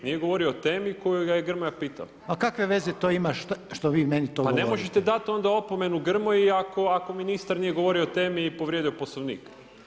Nije govorio o temi, koju ga je Grmoja pitao [[Upadica Reiner: A kakve veze to ima, što vi meni to govorite?]] Pa ne možete dati onda opomenu Grmoji ako ministar nije govorio o temi i povrijedio poslovnik.